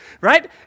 Right